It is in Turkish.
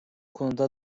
konuda